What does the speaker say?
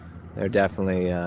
they're definitely yeah